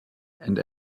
and